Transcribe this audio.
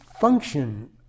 function